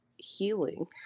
healing